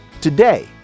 today